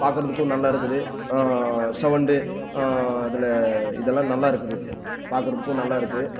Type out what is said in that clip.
பார்க்குறதுக்கும் நல்லா இருக்குது சவுண்டு அதில் இதெல்லாம் நல்லா இருக்குது பார்க்குறதுக்கும் நல்லா இருக்குது